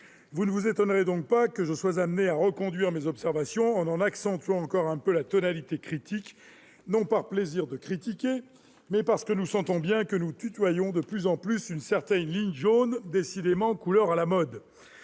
Vous ne vous étonnerez donc pas que je sois amené à reconduire mes observations en en accentuant encore un peu la tonalité critique, non par plaisir de critiquer, mais parce que nous sentons bien que nous tutoyons de plus en plus une certaine ligne jaune, couleur décidément à la mode.